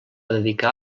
dedicà